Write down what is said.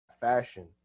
fashion